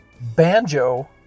banjo